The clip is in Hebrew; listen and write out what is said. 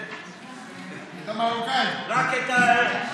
את המרוקאים.